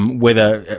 um whether,